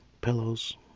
pillows